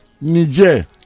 Niger